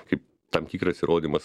kaip tam tikras įrodymas